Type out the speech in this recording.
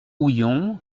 houillon